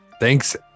Thanks